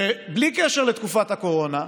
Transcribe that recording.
ובלי קשר לתקופת הקורונה,